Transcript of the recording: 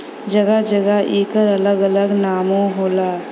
जगह जगह एकर अलग अलग नामो होला